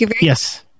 Yes